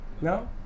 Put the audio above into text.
No